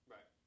Right